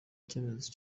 icyemezo